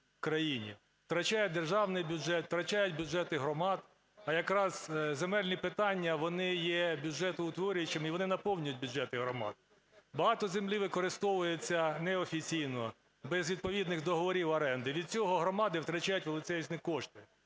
Втрачає державний бюджет, втрачають бюджети громад, а якраз земельні питання, вони є бюджетоутворюючі і вони наповнюють бюджети громад. Багато землі використовується неофіційно, без відповідних договорів оренди, від цього громади втрачають величезні кошти.